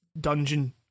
dungeon